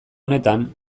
honetan